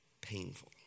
painful